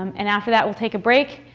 um and after that, we'll take a break.